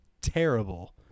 terrible